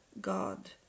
God